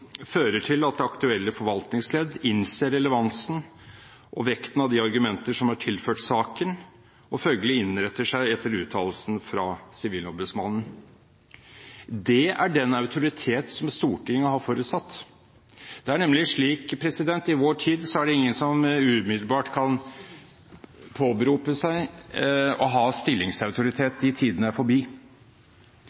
fører til at det aktuelle forvaltningsledd innser relevansen og vekten av de argumenter som er tilført saken, og følgelig innretter seg etter uttalelsen fra Sivilombudsmannen. Det er den autoritet som Stortinget har forutsatt. Det er nemlig slik i vår tid at det er ingen som umiddelbart kan påberope seg å ha